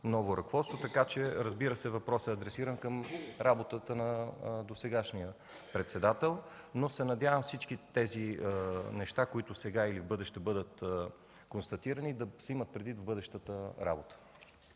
ново ръководство. Разбира се, въпросът е адресиран към работата на досегашния председател. Надявам се всички тези неща, които сега и в бъдеще бъдат констатирани, да се имат предвид в бъдещата работа.